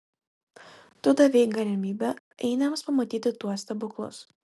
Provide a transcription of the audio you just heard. tu davei galimybę ainiams pamatyti tuos stebuklus